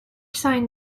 sign